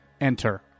Enter